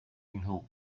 nhw